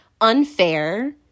unfair